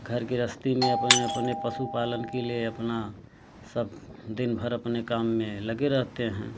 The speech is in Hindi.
घर गृहस्थी में अपने अपने पशु पालन के लिए अपना सब दिन भर अपने काम में लगे रहते हैं